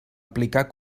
aplicar